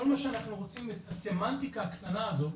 כל מה שאנחנו רוצים, את הסמנטיקה הקטנה הזאת,